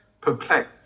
perplexed